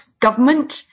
government